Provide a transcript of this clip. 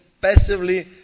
passively